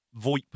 voip